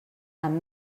amb